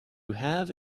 have